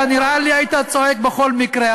נראה לי שאתה היית צועק בכל מקרה,